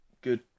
Good